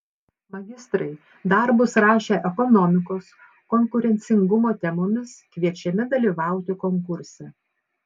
magistrai darbus rašę ekonomikos konkurencingumo temomis kviečiami dalyvauti konkurse